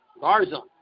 Garza